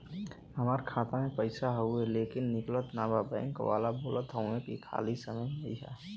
हमार खाता में पैसा हवुवे लेकिन निकलत ना बा बैंक वाला बोलत हऊवे की खाली समय में अईहा